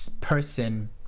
person